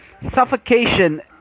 suffocation